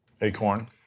Acorn